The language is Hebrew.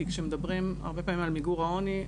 כי כשמדברים הרבה פעמים על מיגור העוני,